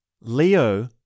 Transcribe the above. Leo